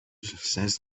says